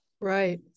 Right